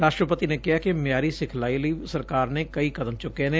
ਰਾਸ਼ਟਰਪਤੀ ਨੇ ਕਿਹਾ ਕਿ ਮਿਆਰੀ ਸਿਖਲਾਈ ਲਈ ਸਰਕਾਰ ਨੇ ਕਈ ਕਦਮ ਚੁੱਕੇ ਨੇ